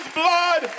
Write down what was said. blood